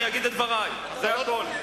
אני אגיד את דברי, זה הכול.